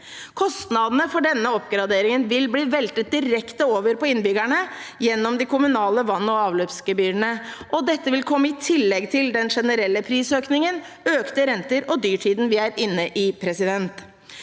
Kostnadene ved denne oppgraderingen vil bli veltet direkte over på innbyggerne gjennom de kommunale vann- og avløpsgebyrene. Dette vil komme i tillegg til den generelle prisøkningen, økte renter og dyrtiden vi er inne i. De fleste